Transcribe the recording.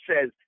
says